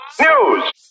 News